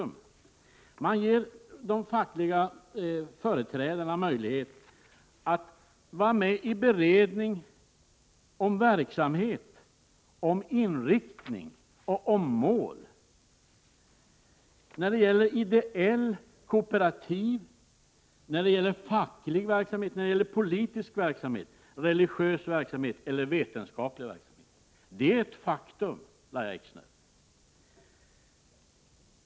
Man ger de fackliga företrädarna möjlighet att vara med i beredning vad gäller verksamhet, inriktning och mål när det gäller ideell, kooperativ, facklig, politisk, religiös eller vetenskaplig verksamhet. Detta är ett faktum, Lahja Exner.